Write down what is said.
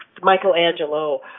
Michelangelo